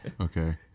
Okay